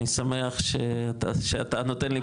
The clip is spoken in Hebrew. אני שמח שאתה נותן לי פה תמיכה.